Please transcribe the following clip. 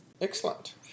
Excellent